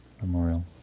Memorial